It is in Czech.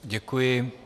Děkuji.